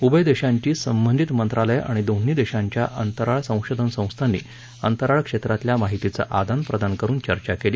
उभय देशांची संबंधित मंत्रालयं आणि दोन्ही देशांच्या अंतराळ संशोधन संस्थांनी अंतराळ क्षेत्रातल्या माहितीचं आदानप्रदान करून चर्चा केली